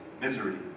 misery